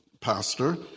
pastor